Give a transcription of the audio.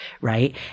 Right